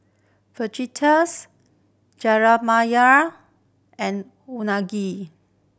Fajitas and Unagi